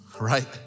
Right